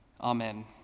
Amen